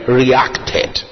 reacted